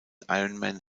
ironman